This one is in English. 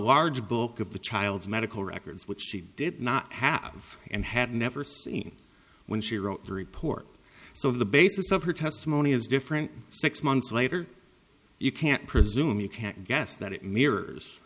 large book of the child's medical records which she did not have and had never seen when she wrote the report so the basis of her testimony is different six months later you can't presume you can't guess that it mirrors